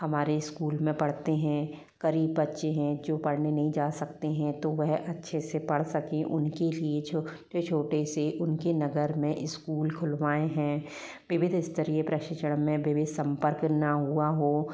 हमारे स्कूल में पढ़ते हैं गरीब बच्चें हैं जो पढ़ने नहीं जा सकते हैं तो वह अच्छे से पढ़ सकें उनके लिये जो छोटे छोटे से उनके नगर में स्कूल खुलवाए हैं विविध स्तरीय प्रशिक्षण में संपर्क ना हुआ हो